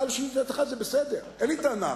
אתה משיב לדעתך, זה בסדר, אין לי טענה.